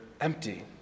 empty